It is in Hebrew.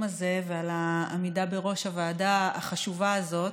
הזה ועל העמידה בראש הוועדה החשובה הזאת.